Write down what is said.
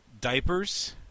Diapers